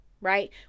right